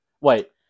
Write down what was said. Wait